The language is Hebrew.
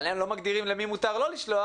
אבל הם לא מגדירים למי מותר לא לשלוח.